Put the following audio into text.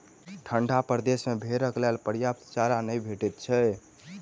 ठंढा प्रदेश मे भेंड़क लेल पर्याप्त चारा नै भेटैत छै